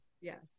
Yes